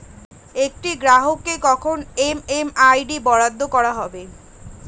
একটি গ্রাহককে কখন এম.এম.আই.ডি বরাদ্দ করা হবে?